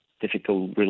difficult